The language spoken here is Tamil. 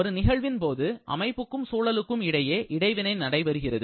ஒரு நிகழ்வின் போது அமைப்புக்கும் சூழலுக்கும் இடையே இடைவினை நடைபெறுகிறது